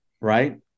Right